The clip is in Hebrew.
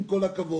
עם כל הכבוד,